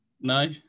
No